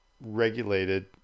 regulated